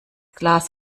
glas